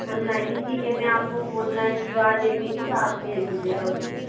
online ही ठीक है मैं आपको ऑनलाइन क्यू आर दे दूँगी तो आप भेज दीजियेगा उस पर